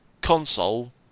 Console